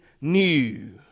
new